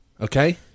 okay